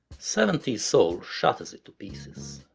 seventies soul shatters it to pieces.